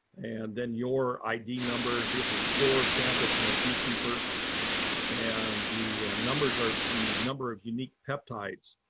and then your id number. this is four samples from a beekeeper and the numbers are the number of unique peptides.